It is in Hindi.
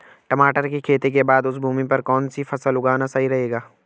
टमाटर की खेती के बाद उस भूमि पर कौन सी फसल उगाना सही रहेगा?